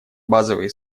базовые